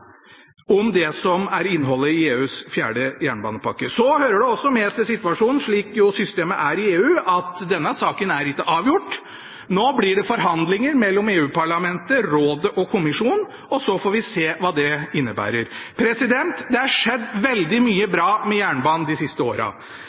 om innholdet i EUs fjerde jernbanepakke. Så hører det også med til situasjonen, slik systemet jo er i EU, at denne saken ikke er avgjort. Nå blir det forhandlinger mellom EU-parlamentet, rådet og kommisjonen, og så får vi se hva det innebærer. Det er skjedd veldig mye